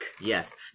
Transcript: Yes